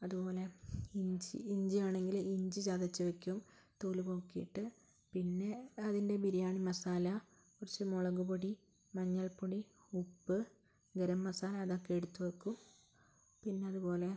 അതുപോലെ ഇഞ്ചി ഇഞ്ചി ആണെങ്കിൽ ഇഞ്ചി ചതച്ച് വയ്ക്കും തോൽ പോക്കീട്ട് പിന്നെ അതിൻ്റെ ബിരിയാണി മസാല കുറച്ച് മുളകുപൊടി മഞ്ഞൾപ്പൊടി ഉപ്പ് ഗരംമസാല അതൊക്കെ എടുത്ത് വയ്ക്കും പിന്നെ അതുപോലെ